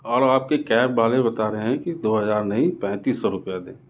اور آپ کے کیب والے بتا رہے ہیں کہ دو ہزار نہیں پینتیس سو روپیہ دیں